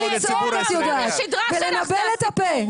רק לצעוק את יודעת ולנבל את הפה.